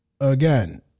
Again